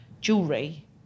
jewelry